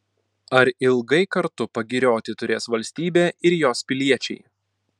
ar ilgai kartu pagirioti turės valstybė ir jos piliečiai